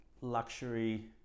luxury